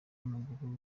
w’amaguru